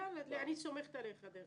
סומכת עליך.